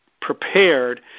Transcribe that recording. prepared